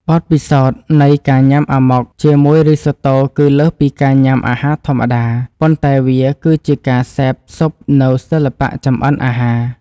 បទពិសោធន៍នៃការញ៉ាំអាម៉ុកជាមួយរីសូតូគឺលើសពីការញ៉ាំអាហារធម្មតាប៉ុន្តែវាគឺជាការសេពស៊ប់នូវសិល្បៈចម្អិនអាហារ។